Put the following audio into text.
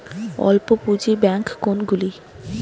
অল্প পুঁজি ব্যাঙ্ক কোনগুলি?